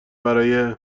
برای